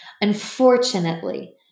Unfortunately